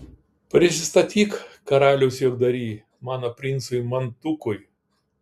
prisistatyk karaliaus juokdary mano princui mantukui